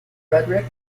frederick